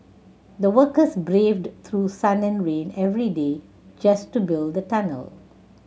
the workers braved through sun and rain every day just to build tunnel